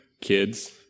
Kids